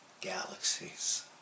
galaxies